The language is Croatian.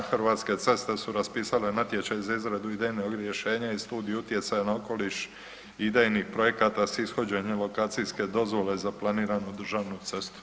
Hrvatske ceste su raspisale natječaj za izradu idejnog rješenja i studije utjecaja na okoliš, idejnih projekata s ishođenjem lokacijske dozvole za planiranu državnu cestu.